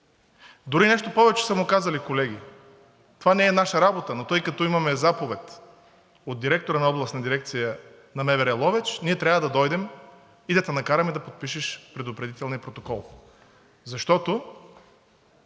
Дори нещо повече са му казали, колеги: „Това не е наша работа, но тъй като имаме заповед от директора на Областна дирекция на МВР – Ловеч, ние трябва да дойдем и да те накараме да подпишеш предупредителния протокол“, защото